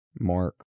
Mark